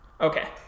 okay